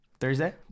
Thursday